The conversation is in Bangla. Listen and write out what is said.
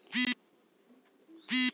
স্বাস্থসাথী পেতে গেলে কি করতে হবে?